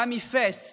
בא מפס,